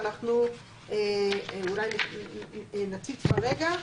ואנחנו אולי נציץ בה רגע.